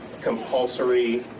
compulsory